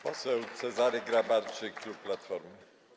Poseł Cezary Grabarczyk, klub Platformy.